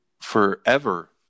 forever